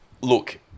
Look